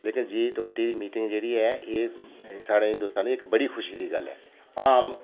लेकिन G twenty दी meeting जेह्ड़ी ऐ एह् साढ़े हिंदोस्तान दी इक बड़ी खुशी दी गल्ल ऐ आम